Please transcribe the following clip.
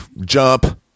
Jump